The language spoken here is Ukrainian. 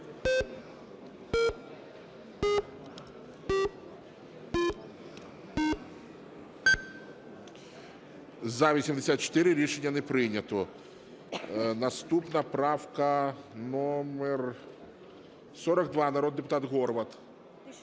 За-84 Рішення не прийнято. Наступна правка номер 42, народний депутат Горват.